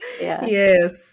Yes